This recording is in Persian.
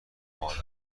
مالی